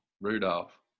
rudolph